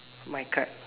my card